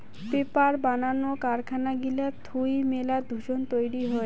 paper বানানো কারখানা গিলা থুই মেলা দূষণ তৈরী হই